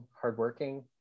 hardworking